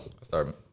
Start